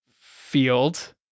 Field